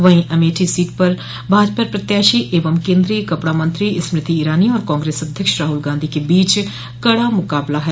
वहीं अमेठी सीट पर भाजपा प्रत्याशी एवं केन्द्रीय कपड़ा मंत्री स्मृति ईरानी और कांग्रेस अध्यक्ष राहुल गांधी के बीच कड़ा मुकाबला है